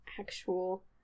actual